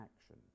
action